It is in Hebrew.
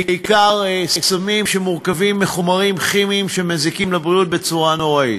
בעיקר סמים שמורכבים מחומרים כימיים שמזיקים לבריאות בצורה נוראית.